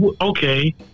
okay